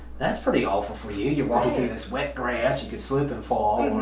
that's pretty awful for you. you're walking through this wet grass, you can slip and fall,